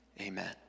Amen